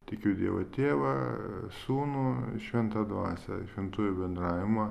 tikiu dievą tėvą sūnų šventą dvasią ir šventųjų bendravimą